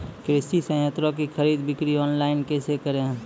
कृषि संयंत्रों की खरीद बिक्री ऑनलाइन कैसे करे?